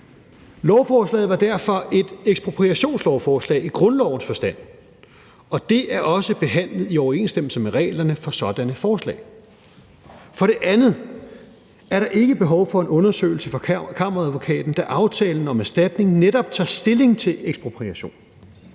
Lovforslaget var derfor et ekspropriationslovforslag i grundlovens forstand, og det er også behandlet i overensstemmelse med reglerne for sådanne forslag. For det andet er der ikke behov for en undersøgelse fra Kammeradvokaten, da aftalen om erstatning netop tager stilling til ekspropriation.